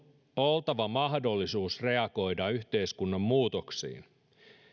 oltava mahdollisuus reagoida yhteiskunnan muutoksiin